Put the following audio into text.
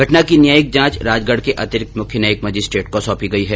घटना की न्यायिक जांच राजगढ के अतिरिक्त मुख्य न्यायिक मजिस्ट्रेट को सौंपी गई है